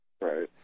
Right